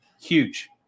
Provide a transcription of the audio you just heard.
huge